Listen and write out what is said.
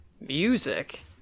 Music